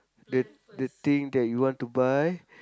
the the thing that you want to buy